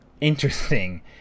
interesting